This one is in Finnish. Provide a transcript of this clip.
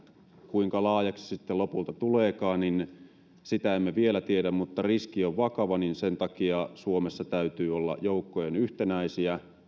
kuinka laajaksi se sitten lopulta tuleekaan niin sitä emme vielä tiedä mutta riski on vakava niin sen takia suomessa täytyy joukkojen olla yhtenäisiä